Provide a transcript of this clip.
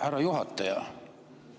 Ettepanekut